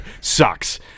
sucks